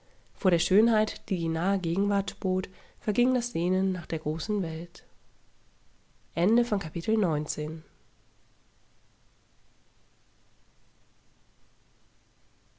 vor der schönheit die die nahe gegenwart bot verging das sehnen nach der großen welt